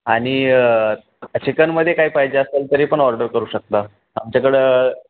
आणि चिकनमध्ये काय पाहिजे असेल तरी पण ऑर्डर करू शकता आमच्याकडं